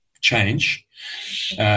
change –